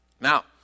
Now